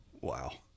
Wow